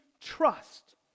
trust